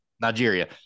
Nigeria